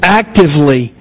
actively